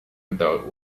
without